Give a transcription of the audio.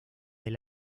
del